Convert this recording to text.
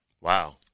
Wow